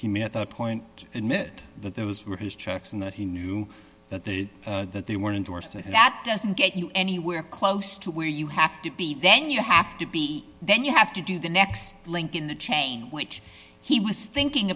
may at that point admit that those were his checks and that he knew that they that they were in dorset that doesn't get you anywhere close to where you have to be then you have to be then you have to do the next link in the chain which he was thinking